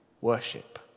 worship